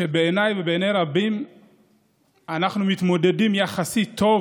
בעיניי ובעיני רבים אנחנו מתמודדים יחסית טוב,